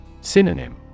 Synonym